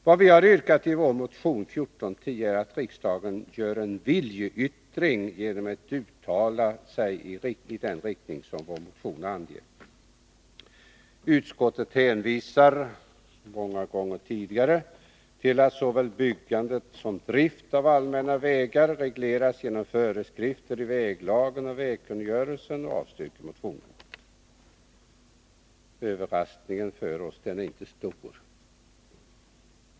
Vad vi har yrkat i vår motion 1410 är att riksdagen skall göra en viljeyttring genom att uttala sig i den riktning som vår motion anger. Utskottet hänvisar — som så många gånger tidigare — till att såväl byggande som drift av allmänna vägar regleras genom föreskrifter i väglagen och vägkungörelsen samt avstyrker motionen. Överraskningen för oss är inte stor.